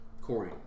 Corey